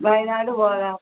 വയനാട് പോകാം